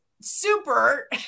Super